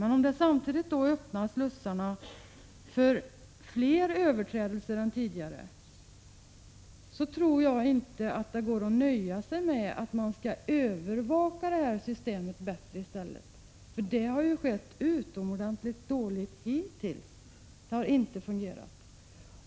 Men om det samtidigt öppnar slussarna för fler överträdelser än tidigare tror jag inte att det går att nöja sig med att övervaka systemet bättre i stället, för det har skett utomordentligt dåligt hittills och har inte fungerat bra.